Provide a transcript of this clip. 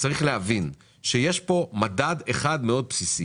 צריך להבין שיש פה מדד אחד מאוד בסיסי